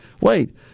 wait